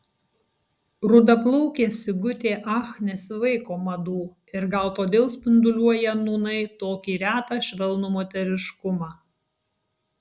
rudaplaukė sigutė ach nesivaiko madų ir gal todėl spinduliuoja nūnai tokį retą švelnų moteriškumą